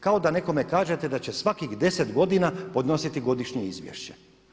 Kao da nekome kažete da će svakih 10 godina podnositi godišnje izvješće.